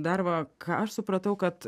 dar va ką aš supratau kad